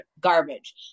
garbage